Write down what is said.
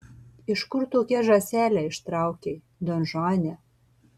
iš kur tokią žąselę ištraukei donžuane